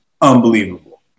unbelievable